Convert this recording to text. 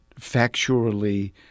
factually